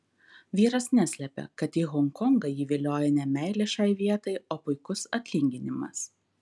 vyras neslepia kad į honkongą jį vilioja ne meilė šiai vietai o puikus atlyginimas